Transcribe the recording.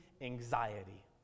anxiety